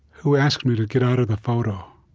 who asked me to get out of the photo.